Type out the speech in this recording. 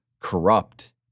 corrupt